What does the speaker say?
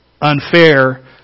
unfair